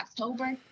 October